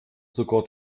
sogar